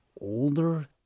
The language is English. older